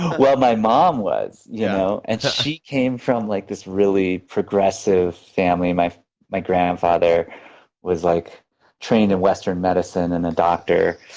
my mom was. yeah and so she came from like this really progressive family. my my grandfather was like trained in western medicine and a doctor,